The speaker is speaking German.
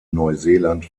neuseeland